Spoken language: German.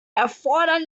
erfordern